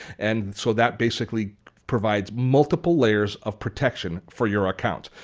and so that basically provides multiple layers of protection for your account.